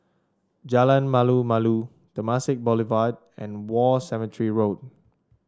Jalan Malu Malu Temasek Boulevard and War Cemetery Road